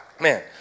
Man